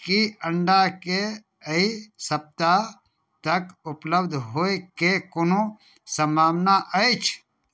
की अंडा के एहि सप्ताह तक ऊपलब्ध होइ के कोनो सम्भावना अछि